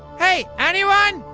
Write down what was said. hey! anyone?